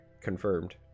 Confirmed